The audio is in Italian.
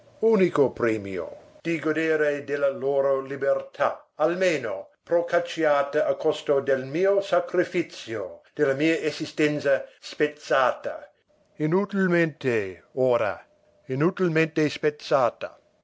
unico premio di godere della loro libertà almeno procacciata a costo del mio sacrifizio della mia esistenza spezzata inutilmente ora inutilmente spezzata